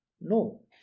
No